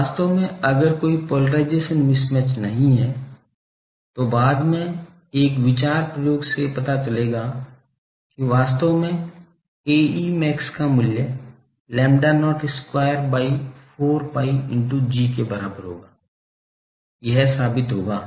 तो वास्तव में अगर कोई पोलेराइजेशन मिसमैच नहीं है तो बाद में एक विचार प्रयोग से पता चलेगा कि वास्तव में Ae max का मूल्य lambda not square by 4 pi into G के बराबर होगा यह साबित होगा